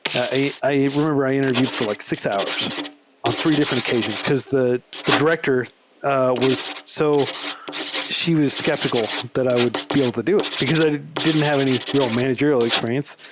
i i remember i interviewed for like six hours on three different occasions, because the the director ah was so she was skeptical that i would be able to do it, because i didn t have any real manager ial experience.